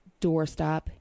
doorstop